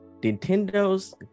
Nintendo's